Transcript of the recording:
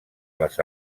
les